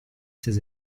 ses